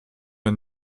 van